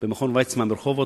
במכון ויצמן ברחובות.